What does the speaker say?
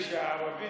גם כשהוא מדבר בעברית,